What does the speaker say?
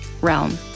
Realm